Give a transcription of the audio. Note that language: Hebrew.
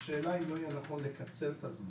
השאלה אם לא יהיה נכון לקצר את הזמן,